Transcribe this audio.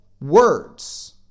words